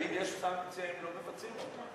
האם יש סנקציה אם לא מבצעים אותה?